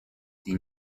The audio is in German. die